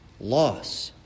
Loss